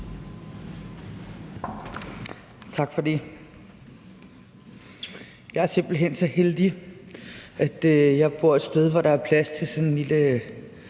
Tak for det. Jeg er simpelt hen så heldig, at jeg bor et sted, hvor der er plads til en lille